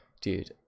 dude